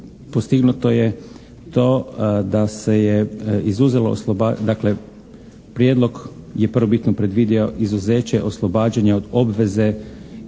postignuto je to da se je izuzelo dakle, prijedlog je prvobitno predvidio izuzeće oslobađanja od obveze